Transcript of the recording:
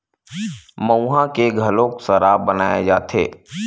मउहा के घलोक सराब बनाए जाथे